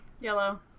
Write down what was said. Yellow